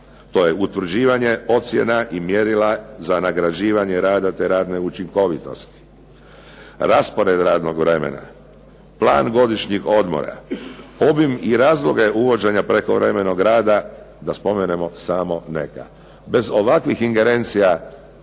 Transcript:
ocjena i mjerila za nagrađivanje rada te radne učinkovitosti.